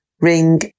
Ring